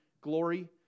glory